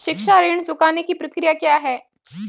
शिक्षा ऋण चुकाने की प्रक्रिया क्या है?